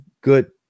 good